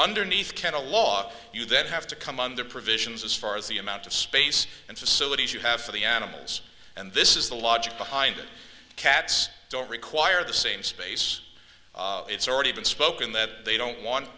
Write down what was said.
underneath can a law you then have to come under provisions as far as the amount of space and facilities you have for the animals and this is the logic behind it cats don't require the same space it's already been spoken that they don't want